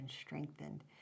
strengthened